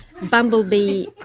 Bumblebee